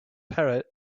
parrot